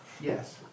Yes